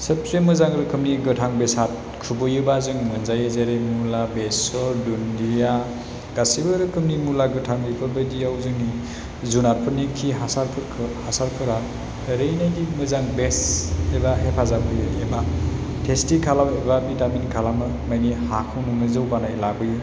सोबसे मोजां रोखोमनि गोथां बेसाद खुबैयोबा जों मोनजायो जेरै मुला बेसर दुन्दिया गासिबो रोखोमनि मुला गोथां बेफोरबायदियाव जोंनि जुनातफोरनि खि हासारफोरखो हासारफोरा ओरैनोदि मोजां बेस्ट एबा हेफाजाब होयो एबा टेस्टि खालाम एबा भिटामिन खामालो मानि हाखौ नोंनो जौगानाय लाबोयो